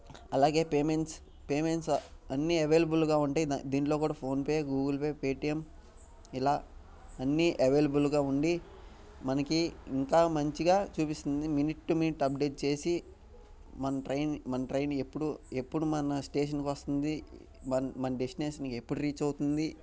అలాగే payments payments అన్నీ అవైలబుల్గా ఉంటాయి దీనిలో కూడా PhonePe Google Pay Paytm ఇలా అన్నీ అవైలబుల్గా ఉండి మనకి ఇంకా మంచిగా చూపిస్తుంది మినిట్ టు మినిట్ అప్డేట్ చేసి మన ట్రైన్ మన ట్రైన్ ఎప్పుడు ఎప్పుడు మన స్టేషన్కి వస్తుంది మన మన డెస్టినేషన్కి ఎప్పుడు రీచ్ అవుతుంది